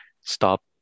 stop